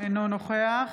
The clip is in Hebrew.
אינו נוכח